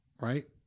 right